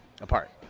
apart